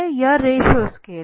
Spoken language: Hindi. यह रेशों स्केल है